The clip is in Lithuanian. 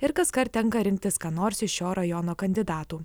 ir kaskart tenka rinktis ką nors iš šio rajono kandidatų